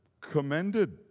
commended